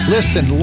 Listen